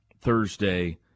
Thursday